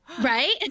Right